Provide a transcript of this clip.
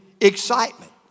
excitement